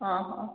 ହ ହ